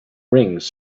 rings